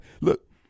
Look